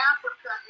Africa